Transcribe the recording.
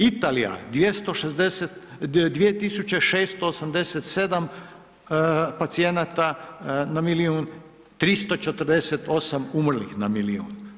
Italija, 2687 pacijenata na milijun, 348 umrlih na milijun.